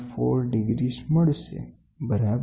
4 degree મળશે બરાબર